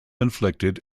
inflicted